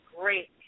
great